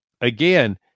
again